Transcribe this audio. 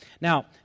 Now